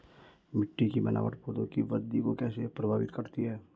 मिट्टी की बनावट पौधों की वृद्धि को कैसे प्रभावित करती है?